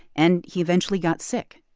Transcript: and he eventually got sick,